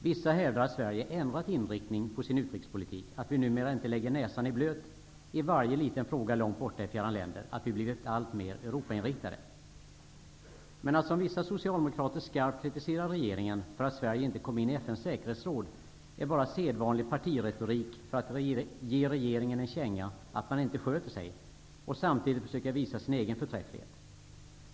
Vissa hävdar att Sverige ändrat inriktning på sin utrikespolitik, att vi numera inte lägger näsan i blöt i varje liten fråga långt bort i fjärran länder, att vi blivit alltmer Att som vissa socialdemokrater skarpt kritisera regeringen för att Sverige inte kom in FN:s säkerhetsråd, är bara sedvanlig partiretorik för att ge regeringen en känga, att visa att man inte sköter sig och samtidigt försöka visa sin egen förträfflighet.